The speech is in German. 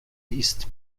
ist